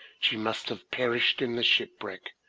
she must have perished in the ship wreck.